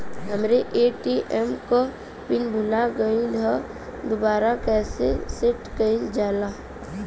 हमरे ए.टी.एम क पिन भूला गईलह दुबारा कईसे सेट कइलजाला?